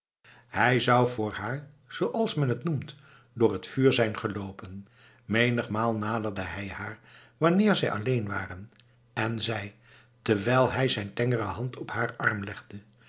hij zou voor haar zooals men het noemt door het vuur zijn geloopen menigmaal naderde hij haar wanneer zij alleen waren en zei terwijl hij zijn tengere hand op haren arm legde